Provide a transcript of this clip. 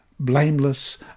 blameless